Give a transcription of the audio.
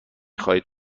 خواهید